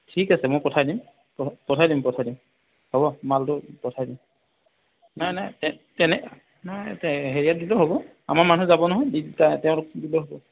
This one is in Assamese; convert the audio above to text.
ঠিক আছে মই পঠাই দিম পঠাই দিম পঠাই দিম হ'ব মালটো পঠাই দিম নাই নাই তেনে নাই তে হেৰিয়াত দিলেও হ'ব আমাৰ মানুহ যাব নহয় দিগদাৰ তেওঁলোক দিলেও হ'ব